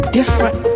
different